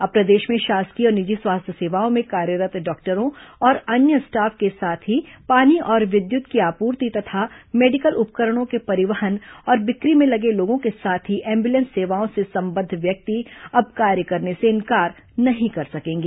अब प्रदेश में शासकीय और निजी स्वास्थ्य सेवाओं में कार्यरत् डॉक्टरों और अन्य स्टाफ के साथ ही पानी और विद्युत की आपूर्ति तथा मेडिकल उपकरणों के परिवहन और बिक्री में लगे लोगों के साथ ही एंबुलेंस सेवाओं से संबद्ध व्यक्ति अब कार्य करने से इंकार नहीं कर सकेंगे